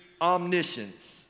omniscience